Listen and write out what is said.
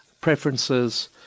preferences